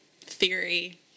theory